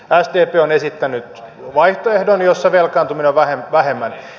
sdp on esittänyt vaihtoehdon jossa velkaantumista on vähemmän